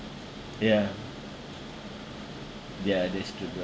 ya ya that's true bro